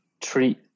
treat